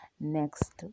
next